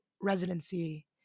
residency